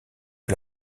que